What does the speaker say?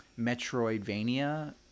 Metroidvania